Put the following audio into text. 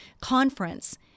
conference